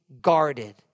guarded